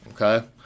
okay